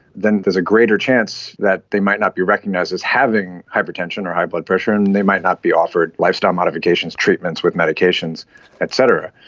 then there is a greater chance that they might not be recognised as having hypertension or high blood pressure and and they might not be offered lifestyle modifications, treatments with medications et cetera.